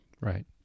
right